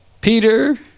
Peter